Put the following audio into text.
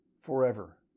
forever